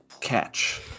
Catch